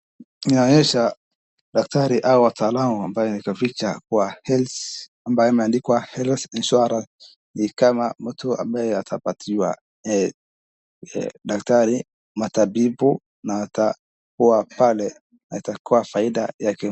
Inaonyesha daktari au wataalamu ambao wameficha kwa health ambayo imeandikwa health insurance ni kama mtu ambaye atapatiwa daktari matabibu na atakuwa pale, atakuwa faida yake.